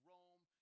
Rome